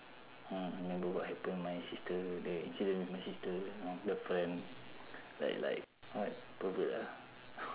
mm I remember what happen my sister the incident with my sister you know the friend like like what pervert ah